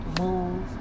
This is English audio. move